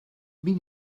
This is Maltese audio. min